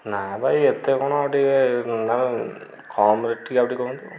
ନାଁ ଭାଇ ଏତେ କଣ ଆଉ ଟିକେ କମ୍ ରେଟ୍ ଟିକେ ଆଉ ଟିକେ କରନ୍ତୁ